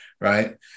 right